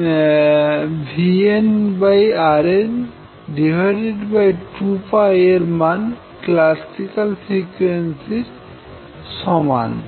vnrn2πএর মান হল classical frequency এর সমান